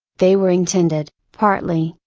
they were intended, partly,